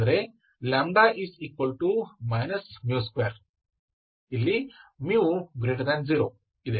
ಅಂದರೆ 2 μ 0